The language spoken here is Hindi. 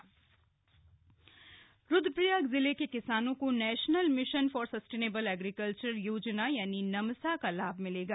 नमसा योजना रुद्रप्रयाग जिले के किसानों को national mission for sustainable agriculture योजना यानि नमसा का लाभ मिलेगा